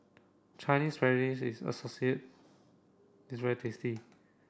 Chinese Spinach is is very tasty